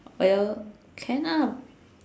oh ya lor can ah